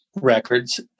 records